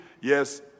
yes